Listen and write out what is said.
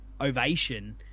ovation